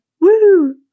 woo